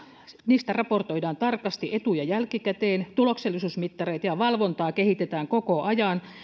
niistä raportoidaan tarkasti etu ja jälkikäteen tuloksellisuusmittareita ja valvontaa kehitetään koko ajan